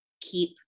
keep